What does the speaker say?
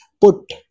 put